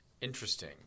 interesting